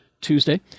Tuesday